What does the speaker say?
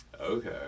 Okay